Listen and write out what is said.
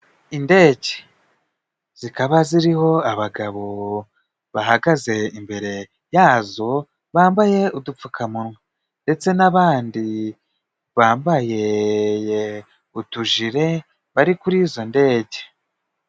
Indege zikaba ziriho abagabo bahagaze imbere yazo, bambaye udupfukamunwa, ndetse n'abandi bambaye utujire bari kuri izo ndege.